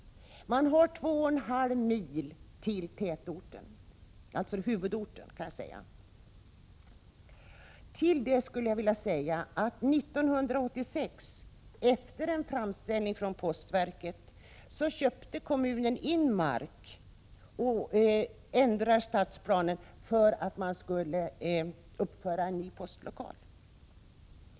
De som bor där har två och en halv mil till huvudorten. Det kan tilläggas att kommunen 1986, efter en framställning från postverket, köpte in mark och ändrade stadsplanen för att uppföra en ny postlokal på orten.